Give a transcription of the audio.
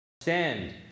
stand